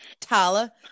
Tala